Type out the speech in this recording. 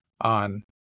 on